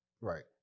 Right